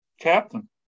captain